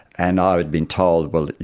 and i had been told, well,